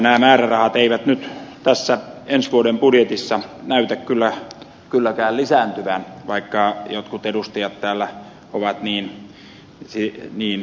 nämä määrärahat eivät nyt tässä ensi vuoden budjetissa näytä kylläkään lisääntyvän vaikka jotkut edustajat täällä ovat niin väittäneet